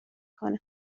کنه